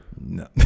No